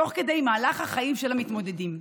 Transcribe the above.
תוך כדי מהלך החיים של המתמודדים.